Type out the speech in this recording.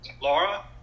Laura